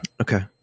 Okay